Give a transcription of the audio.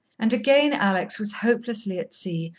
and again alex was hopelessly at sea,